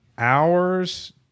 hours